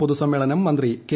പൊതു സമ്മേളനം മന്ത്രി കെ